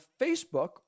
Facebook